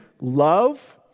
love